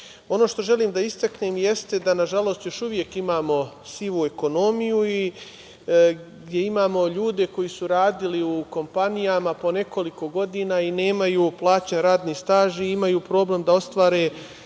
što želim da istaknem da, nažalost, još uvek imamo sivu ekonomiju i gde imamo ljude koji su radili u kompanijama po nekoliko godina i nemaju uplaćen radni staž, imaju problem da ostvare